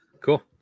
Cool